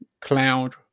cloud